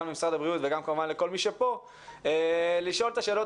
גם למשרד הבריאות וכמובן גם לכל מי שכאן לשאול את השאלות